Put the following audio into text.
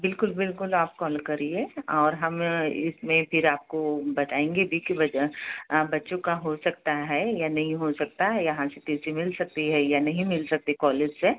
बिल्कुल बिल्कुल आप कॉल करिए और हम इसमें फिर आपको बताएँगे बीच में बच्चों का हो सकता है या नहीं हो सकता यहाँ से टी सी मिल सकती है या नहीं मिल सकती है कॉलेज से